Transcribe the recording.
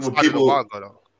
People